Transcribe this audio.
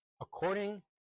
According